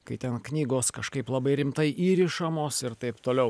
kai ten knygos kažkaip labai rimtai įrišamos ir taip toliau